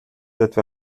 etwa